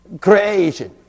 creation